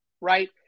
right